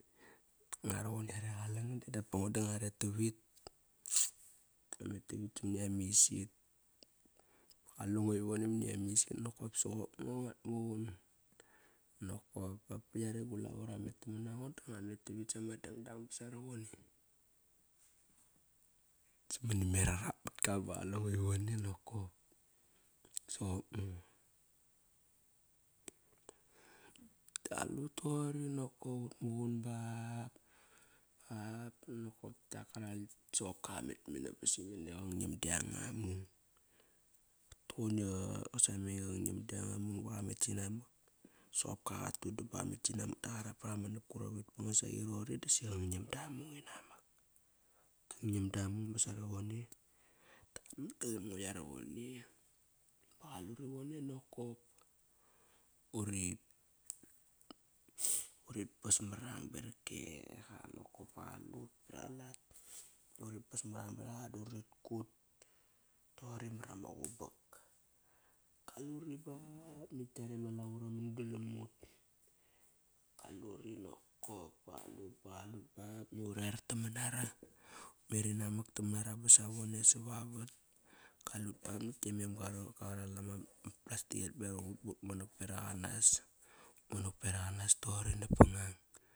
Ngua ruqun na yare, Qalengan de dapa ngo da ngua ret tavit. Ngua met tavit simini ama isit. Qalengo ivone mani ama is it. Nokop soqop ngo nguat muqun nakop ba ba yare gu lavo ra ret namanango da ngua met tavit sama dangdang ba sarovone. Samani ma rangmat ka ba qalengo ivone nokop, soqop ngo. Da qalut toqori nokop ut muqun ba ba nokop kiak soqop ka qa met mena ba nokop kiak soqop ka qa met mena ba simene qa nam dianga mung. Kutuqaun iqa qasameng iqa nam dianga muk ba qamet sinamak Soqop ka qatudam ba qamet sinamak da qarap pama nap krop vit. Ngasage roqori disi qa nam damung inak mak. Kanam da mung ba sarovone. Kaman galam ngo yaro vone. Ba qaluri vone nokop. Uri urit pas marang berak eqa nokop ba qalut par alat. Uri pas marang ba durit kut. Toqori marama qubak. kaluri ba nakt klare ma lavo raman galam ut. Kaluri nokop, ba qalut ba bu rer taman nara. Utmerinamak tam nara ba savore sa vavat. Kalut ba nakt e mem garal ama plastic et berang ut but monak banas. Ut monak beraq anans toqori nap pa ngang